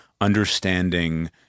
understanding